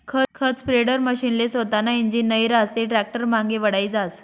खत स्प्रेडरमशीनले सोतानं इंजीन नै रहास ते टॅक्टरनामांगे वढाई जास